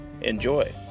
Enjoy